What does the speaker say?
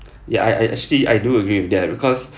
ya I I actually I do agree with that because